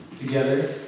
together